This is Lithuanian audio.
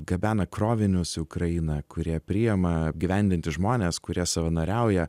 gabena krovinius į ukrainą kurie priima apgyvendinti žmones kurie savanoriauja